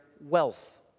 wealth